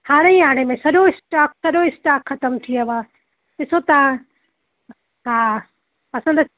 हाणे ई हाणे में सॼो स्टॉक सॼो स्टाक ख़तमु थियो आहे ॾिसो तव्हां हा असां त